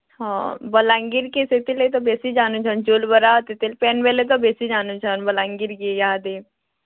ହଁ ବଲାଙ୍ଗୀର୍କେ ସେଥିର୍ଲାଗି ତ ବେଶୀ ଜାନୁଚନ୍ ଚଉଲ୍ ବରା ତେତେଲ୍ ପାନ୍ ବେଲେ ତ ବେଶୀ ଜାନୁଚନ୍ ବଲାଙ୍ଗୀର୍କେ ଇହାଦେ